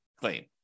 claim